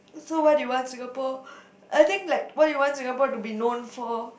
so what do you want Singapore I think like what do you want Singapore to be known for